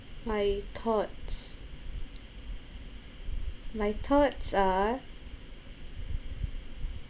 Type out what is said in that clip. my thoughts my thoughts are